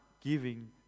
giving